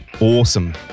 Awesome